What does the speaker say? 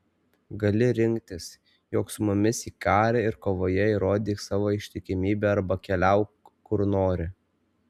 gali rinktis jok su mumis į karą ir kovoje įrodyk savo ištikimybę arba keliauk kur nori